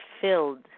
filled